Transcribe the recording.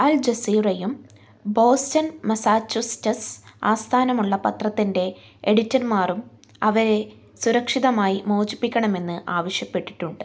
അൽ ജസീറയും Boston Massachusetts ആസ്ഥാനമുള്ള പത്രത്തിന്റെ എഡിറ്റർമാറും അവരെ സുരക്ഷിതമായി മോചിപ്പിക്കണമെന്ന് ആവശ്യപ്പെട്ടിട്ടുണ്ട്